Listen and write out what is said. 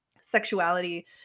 sexuality